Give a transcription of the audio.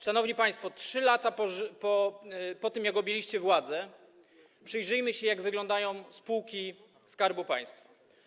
Szanowni państwo, 3 lata po tym, jak objęliście władzę, przyjrzyjmy się, jak wyglądają spółki Skarbu Państwa.